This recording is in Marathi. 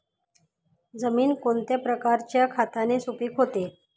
जमीन कोणत्या प्रकारच्या खताने सुपिक होते?